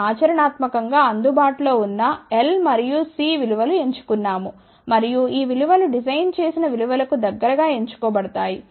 మనం ఆచరణాత్మకం గా అందుబాటులో ఉన్న L మరియు C విలు వలను ఎంచుకున్నాము మరియు ఈ విలువ లు డిజైన్ చేసిన విలువలకు దగ్గరగా ఎంచుకోబడతాయి